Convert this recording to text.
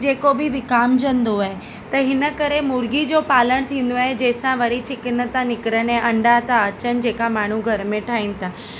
जेको बि विकामजंदो आहे त हिन करे मुर्गी जो पालणु थींदो आहे जंहिंसां वरी चिकन था निकिरनि या अंडा था अचनि जेका माण्हू घर में ठाहिनि था